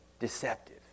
deceptive